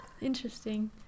interesting